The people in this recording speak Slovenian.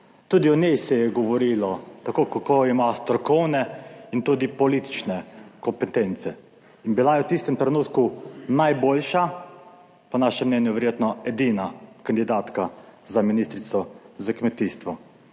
Tudi o njej se je govorilo kako ima strokovne in tudi politične kompetence. In bila je v tistem trenutku najboljša, po našem mnenju verjetno edina kandidatka za ministrico za kmetijstvo.